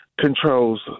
controls